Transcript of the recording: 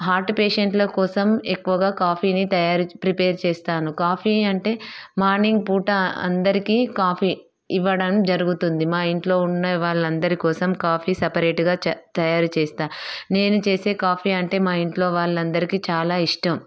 heart పేషెంట్ల కోసం ఎక్కువగా కాఫీని తయారు ప్రిపేర్ చేస్తాను కాఫీ అంటే మార్నింగ్ పూట అందరికీ కాఫీ ఇవ్వడం జరుగుతుంది మాఇంట్లో ఉన్న వాళ్ళందరి కోసం కాఫీ సపరేటుగా తయారు చేస్తాను నేను చేసే కాఫీ అంటే మాఇంట్లో వాళ్ళందరికీ చాలా ఇష్టం